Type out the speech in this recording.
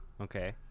Okay